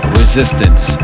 resistance